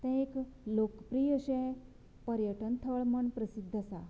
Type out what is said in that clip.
तें एक लोकप्रिय अशें पर्यटन थळ म्हण प्रसिध्द आसा